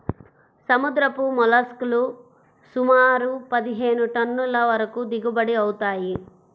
సముద్రపు మోల్లస్క్ లు సుమారు పదిహేను టన్నుల వరకు దిగుబడి అవుతాయి